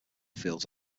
fields